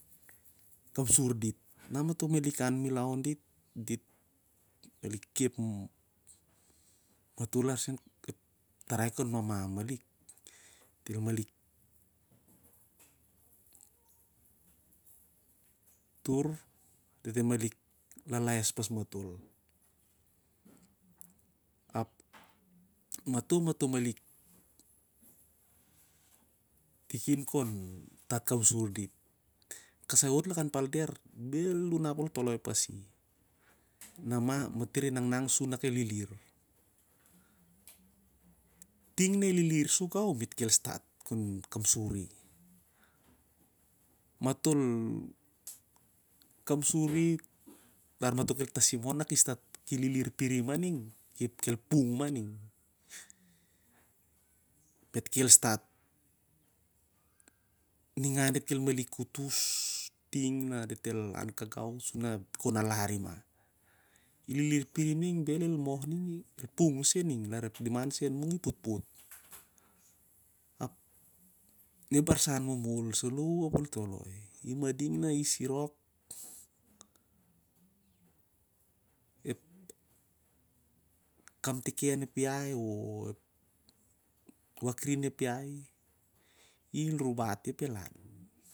Matol kapsur dit. Dit kep matol larma ep tarai kon maman on dit. Dit el malik tur ap tut el lalaes pas matol ap matomalik tikin kon stat kapsur dit kasai wot lakan palder bel u nap ol toloi pasi. Na mah met ki nangnang sur kanak el lilir, ting na i lilir sou gau me't el stat kapsuri ap atl kapsuri lar matol ki tasimon na ki lilir pirim ning kel pung ma ning. Diat kel stat ningan diat kel malik kutus ting ria diat el alari ap na el lilir pirim ning el pung sel ning larep liman soi an mung ipo'tpo't ap ne ep barsan momol saloh u ap ol toloi a e mading na i sirok ep kapteken ep iai or wakring emp iai i el rubati, ap el lan.